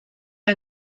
yng